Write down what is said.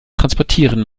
transportieren